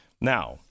Now